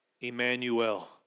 Emmanuel